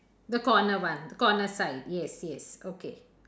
the corner one corner side yes yes okay